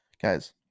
Guys